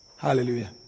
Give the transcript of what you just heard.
Hallelujah